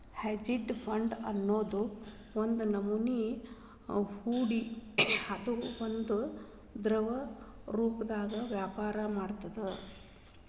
hedge fund ಅನ್ನೊದ್ ಒಂದ್ನಮನಿ ಹೂಡ್ಕಿ ಅದ ಅದು ದ್ರವರೂಪ್ದಾಗ ವ್ಯಾಪರ ಮಾಡ್ತದ